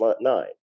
nine